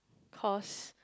cause